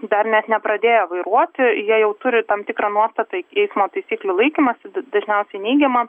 dar net nepradėję vairuoti jie jau turi tam tikrą nuostatą į eismo taisyklių laikymąsi dažniausiai neigiamą